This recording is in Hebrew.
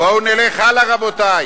בואו נלך הלאה, רבותי.